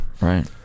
right